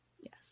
Yes